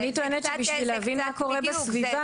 אני טוענת שבשביל להבין מה קורה בסביבה,